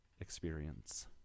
experience